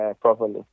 Properly